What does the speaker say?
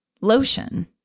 lotion